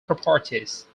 properties